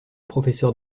professeur